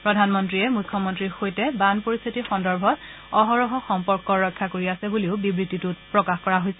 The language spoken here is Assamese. প্ৰধানমন্ত্ৰীয়ে মুখ্যমন্ত্ৰীৰ সৈতে বান পৰিস্থিতি সন্দৰ্ভত অহৰহ সম্পৰ্ক ৰক্ষা কৰি আছে বুলিও বিবৃতিটোত প্ৰকাশ কৰা হৈছে